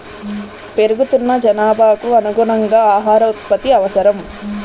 పెరుగుతున్న జనాభాకు అనుగుణంగా ఆహార ఉత్పత్తి అవసరం